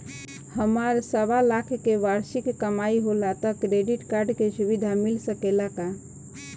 हमार सवालाख के वार्षिक कमाई होला त क्रेडिट कार्ड के सुविधा मिल सकेला का?